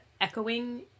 echoing